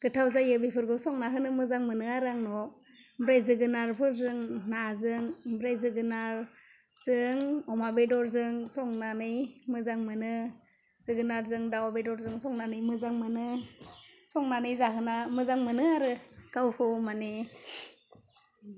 गोथाव जायो बेफोरबो संना होनो मोजां मोनो आरो आं न'वाव ओमफ्राय जोगोनारफोरजों नाजों ओमफ्राय जोगोनारजों अमा बेदरजों संनानै मोजां मोनो जोगोनारजों दाव बेदरजों संनानै मोजां मोनो संनानै जाहोना मोजां मोनो आरो गावखौ माने